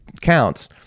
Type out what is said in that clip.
counts